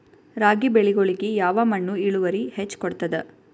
ರಾಗಿ ಬೆಳಿಗೊಳಿಗಿ ಯಾವ ಮಣ್ಣು ಇಳುವರಿ ಹೆಚ್ ಕೊಡ್ತದ?